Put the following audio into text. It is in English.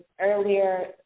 earlier